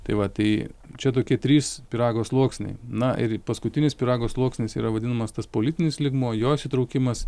tai va tai čia tokie trys pyrago sluoksniai na ir paskutinis pyrago sluoksnis yra vadinamas tas politinis lygmuo jo įsitraukimas